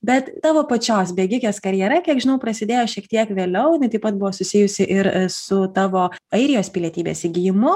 bet tavo pačios bėgikės karjera kiek žinau prasidėjo šiek tiek vėliau jinai taip pat buvo susijusi ir su tavo airijos pilietybės įgijimu